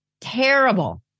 terrible